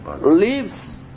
leaves